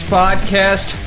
podcast